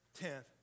10th